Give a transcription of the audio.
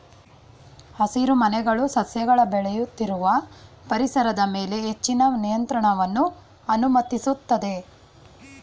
ಹಸಿರುಮನೆಗಳು ಸಸ್ಯಗಳ ಬೆಳೆಯುತ್ತಿರುವ ಪರಿಸರದ ಮೇಲೆ ಹೆಚ್ಚಿನ ನಿಯಂತ್ರಣವನ್ನು ಅನುಮತಿಸ್ತದೆ